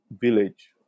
village